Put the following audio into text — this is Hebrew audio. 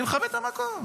אני מכבד את המקום,